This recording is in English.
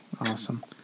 Awesome